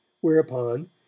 whereupon